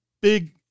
big